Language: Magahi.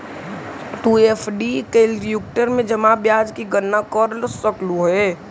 तु एफ.डी कैलक्यूलेटर में जमा ब्याज की गणना कर सकलू हे